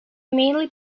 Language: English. mainly